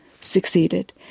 succeeded